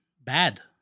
Bad